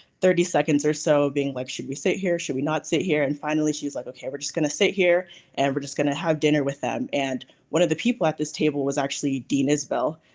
thirty seconds or so being like, should we sit here, should we not sit here? and finally she's like, okay, we're just gonna sit here and we're just gonna have dinner with them. and one of the people at this table was actually dean isbell,